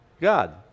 God